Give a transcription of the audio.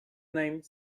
named